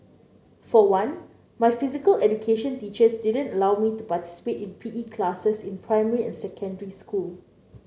for one my physical education teachers didn't allow me to participate in P E classes in primary and secondary school